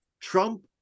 Trump